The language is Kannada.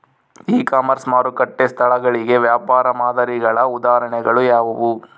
ಇ ಕಾಮರ್ಸ್ ಮಾರುಕಟ್ಟೆ ಸ್ಥಳಗಳಿಗೆ ವ್ಯಾಪಾರ ಮಾದರಿಗಳ ಉದಾಹರಣೆಗಳು ಯಾವುವು?